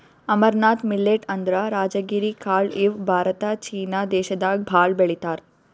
amaranth millet ಅಂದ್ರ ರಾಜಗಿರಿ ಕಾಳ್ ಇವ್ ಭಾರತ ಚೀನಾ ದೇಶದಾಗ್ ಭಾಳ್ ಬೆಳಿತಾರ್